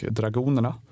dragonerna